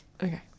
Okay